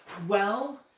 well,